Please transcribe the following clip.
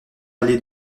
allée